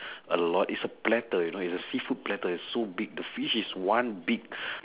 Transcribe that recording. a lot is a platter you know is a seafood platter is so big the fish is one big